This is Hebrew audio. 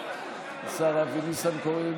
השר אבי ניסנקורן